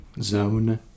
zone